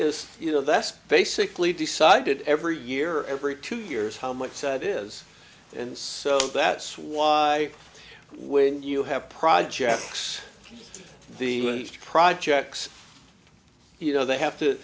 is you know that's basically decided every year or every two years how much said it is and so that's why when you have projects the projects you know they have to